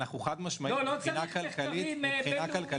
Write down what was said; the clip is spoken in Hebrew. מבחינה כלכלית -- לא צריך מחקרים בין-לאומיים לזה.